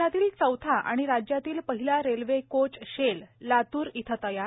देशातील चौथा आणि राज्यातील पहिला रेल्वे कोच शेल लातूर इथ तयार